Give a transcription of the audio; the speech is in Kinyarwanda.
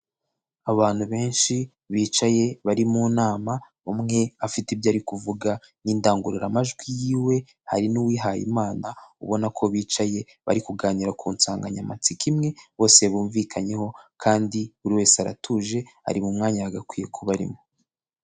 Abantu benshi bicaye bari mu nama umwe afite ibyo ari kuvuga n'indangururamajwi yiwe, hari n'uwihaye Imana ubona ko bicaye bari kuganira ku nsanganyamatsiko imwe bose bumvikanyeho kandi buri wese aratuje ari mu mwanya yagakwiye kuba arimo.